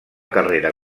carrera